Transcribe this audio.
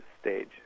stage